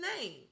name